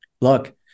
look